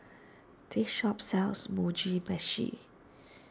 this shop sells Mugi Meshi